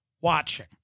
watching